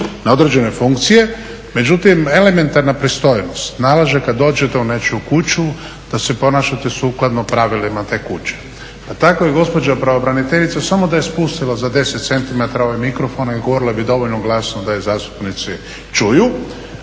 na određene funkcije, međutim elementarna pristojnost nalaže da kad dođete u nečiju kuću da se ponašate sukladno pravilima te kuće. Pa tako i gospođa pravobraniteljica samo da je spustila za 10 centimetara ove mikrofone, govorila bi dovoljno glasno da je zastupnici čuju,